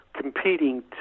competing